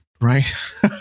right